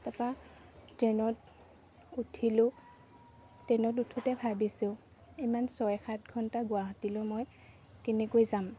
তাপা ট্ৰেইনত উঠিলোঁ ট্ৰেইনত উঠোতে ভাবিছোঁ ইমান ছয় সাত ঘণ্টা গুৱাহাটীলৈ মই কেনেকৈ যাম